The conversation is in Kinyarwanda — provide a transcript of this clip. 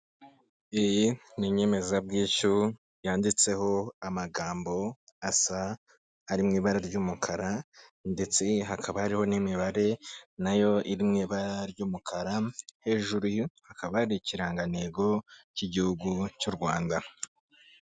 Iyi ni inyemezabwishyu yanditseho amagambo asa, ari mu ibara ry'umukara ndetse hakaba hariho n'imibare nayo iri mu ibara ry'umukara, hejuru hakaba hari ikirangantego cy'igihugu cy'u Rwanda.